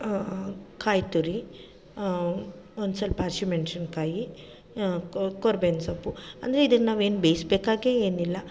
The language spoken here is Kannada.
ಕಾಯಿ ತುರಿ ಒಂದು ಸ್ವಲ್ಪ ಹಸಿ ಮೆಣಸಿನ್ಕಾಯಿ ಕೊ ಕರ್ಬೇವಿನ್ ಸೊಪ್ಪು ಅಂದರೆ ಇದನ್ನ ನಾವೇನು ಬೇಯಿಸ್ಬೇಕಾಗೇ ಏನಿಲ್ಲ